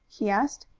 he asked.